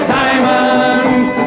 diamonds